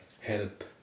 help